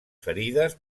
ferides